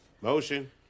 Motion